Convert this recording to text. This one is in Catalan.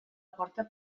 porta